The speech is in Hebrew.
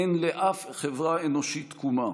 אין לאף חברה אנושית תקומה